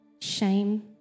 shame